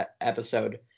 episode